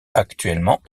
actuellement